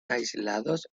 aislados